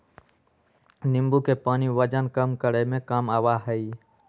नींबू के पानी वजन कम करे में काम आवा हई